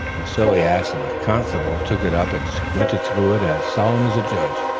the silly ass of a constable took it up and squinted through it as solemn as a judge,